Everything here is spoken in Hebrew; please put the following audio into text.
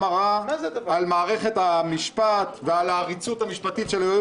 היועצת המשפטית של ועדת